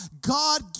God